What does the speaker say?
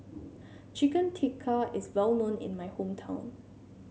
Chicken Tikka is well known in my hometown